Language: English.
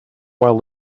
while